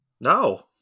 No